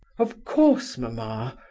of course, mamma!